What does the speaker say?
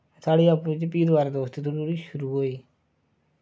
साढ़ी आपस च फ्ही दोबारा दोस्ती दोनों दी शुरू होई